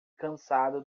cansado